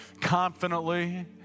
confidently